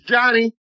Johnny